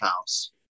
house